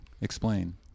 Explain